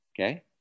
Okay